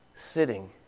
sitting